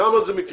שם,